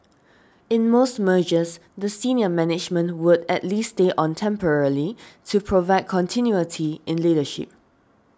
in most mergers the senior management would at least stay on temporarily to provide continuity in leadership